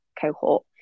cohort